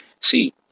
See